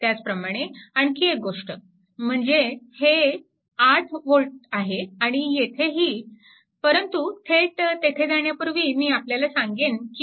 त्याचप्रमाणे आणखी एक गोष्ट म्हणजे हे 8V आहे आणि येथेही परंतु थेट तेथे जाण्यापूर्वी मी आपल्याला सांगेन की